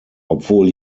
obwohl